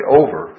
over